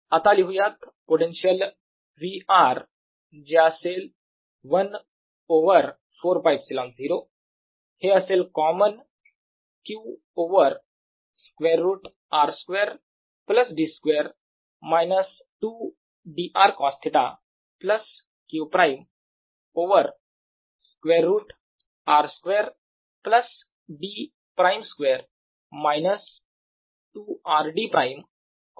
आता लिहूयात potential V r वर जे असेल 1 ओव्हर 4 π ε0 हे असेल common q over square root r2 d2 2drcosθ q′ over square root r2 d ′ 2 2rd′cosθ